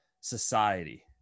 society